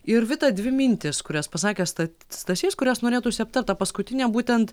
ir vita dvi mintys kurias pasakė sta stasys kurias norėtųsi aptart tą paskutinę būtent